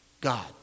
God